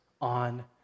on